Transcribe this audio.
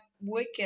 wicked